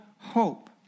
Hope